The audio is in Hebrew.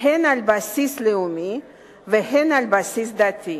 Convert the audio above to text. הן על בסיס לאומי והן על בסיס דתי: